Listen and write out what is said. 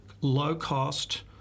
low-cost